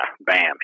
bam